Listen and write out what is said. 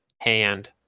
hand